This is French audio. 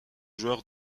joueur